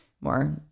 more